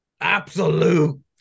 absolute